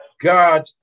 God